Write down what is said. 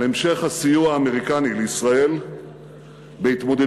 על המשך הסיוע האמריקני לישראל בהתמודדות